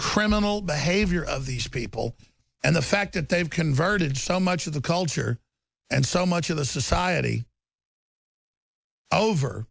criminal behavior of these people and the fact that they've converted so much of the culture and so much of the society over